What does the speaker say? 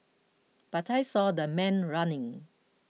but I saw the man running